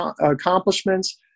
accomplishments